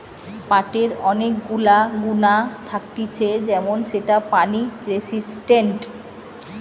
পাটের অনেক গুলা গুণা থাকতিছে যেমন সেটা পানি রেসিস্টেন্ট